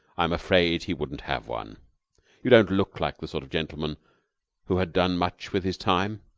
i'm afraid he wouldn't have one you don't look like the sort of gentleman who had done much with his time.